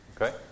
Okay